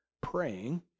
praying